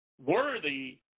Worthy